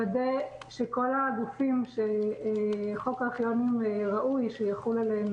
לוודא שכל הגופים שחוק הארכיונים ראוי שיחול עליהם,